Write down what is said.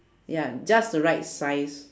ya just the right size